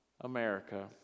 America